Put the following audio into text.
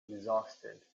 exhausted